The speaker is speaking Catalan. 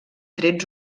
trets